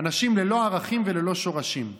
אנשים ללא ערכים וללא שורשים.